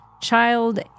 child